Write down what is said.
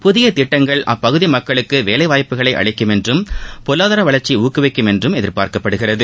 புதிய திட்டங்கள் அப்பகுதி மக்களுக்கு வேலை வாய்ப்புகளை அளிக்கும் என்றும் பொருளாதார வளர்ச்சியை ஊக்குவிக்கும் என்றும் எதிர்பார்க்கப்படுகிறது